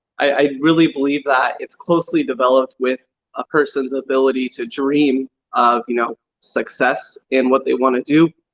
i really believe that it's closely developed with a person's ability to dream of you know success in what they wanna do.